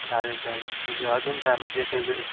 चालेल चालेल म्हणजे अजून काय म्हणजे असे वेळे